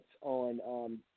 on